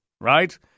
right